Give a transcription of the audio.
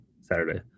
Saturday